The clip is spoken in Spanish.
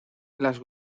las